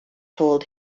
told